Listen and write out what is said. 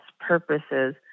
purposes